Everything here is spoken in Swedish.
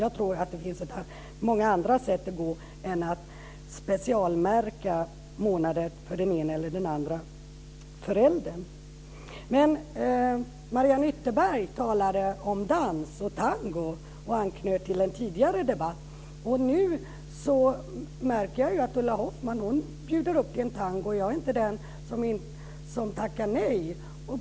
Jag tror att det finns många andra vägar att gå än att specialmärka månader för den ena eller den andra föräldern. Mariann Ytterberg talade om dans och tango och anknöt till en tidigare debatt. Och nu märker jag att Ulla Hoffmann bjuder upp till en tango, och jag är inte den som tackar nej.